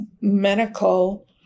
medical